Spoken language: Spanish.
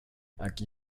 aquí